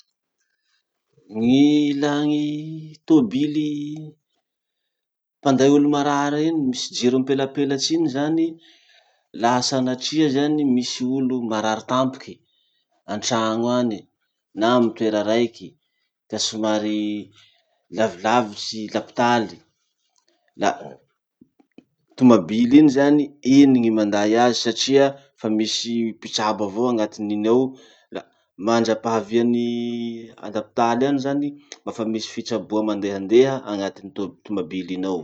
gny ilà gny tobily mpanday olo marary reny misy jiro mipelapelatsy iny zany. Laha sanatria zany misy olo marary tampoky antrano any, na amy toera raiky ka somary lavilavitsy lapotaly, la tomabily iny zany, iny gny manday azy satria fa misy mpitsabo avao anatin'iny ao la mandram-pahaviany andapotaly any zany, mba fa misy fitsaboa mandehandeha anaty tob- tomabily iny ao.